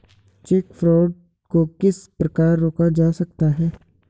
Check fraud को किस प्रकार रोका जा सकता है?